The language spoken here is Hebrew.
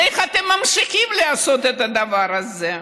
ואיך אתם ממשיכים לעשות את הדבר הזה?